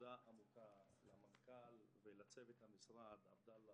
תודה עמוקה למנכ"ל ולצוות המשרד עבדאללה